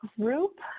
group